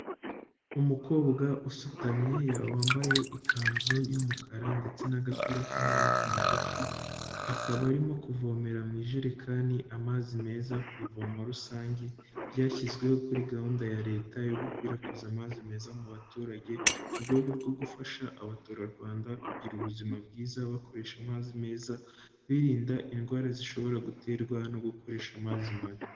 Umukobwa usutamye wambaye ikanzu y'umukara ndetse n'agapira k'amaboko magufi, akaba arimo kuvomera mu ijerekani amazi meza ku ivoma rusange ryashyizweho kuri gahunda ya leta yo gukwirakwiza amazi meza mu baturage mu rwego rwo gufasha abaturarwanda kugira ubuzima bwiza bakoresha amazi meza birinda indwara zishobora guterwa no gukoresha amazi mabi.